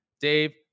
Dave